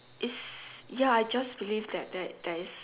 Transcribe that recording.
it's ya I just believe that that there is